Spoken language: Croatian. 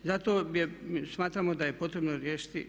Zato smatramo da je potrebno riješiti.